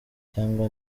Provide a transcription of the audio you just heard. cyangwa